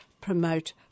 promote